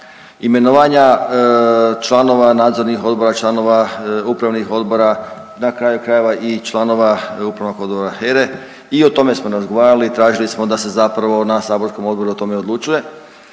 imenovanja članova nadzornih odbora, članova upravnih odbora, na kraju krajeva i članova Upravnog odbora HERA-e i o tome smo razgovarali, tražili smo da se zapravo na saborskom odboru o tome odlučuje.